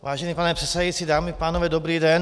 Vážený pane předsedající, dámy a pánové, dobrý den.